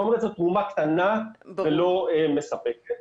זאת תרומה קטנה ולא מספקת.